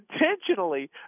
intentionally